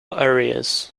areas